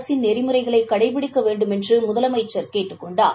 அரசின் நெறிமுறைகளை கடைபிடிக்க வேண்டுமென்று முதலமைச்சர் கேட்டுக்கொண்டார்